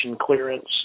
clearance